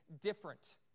different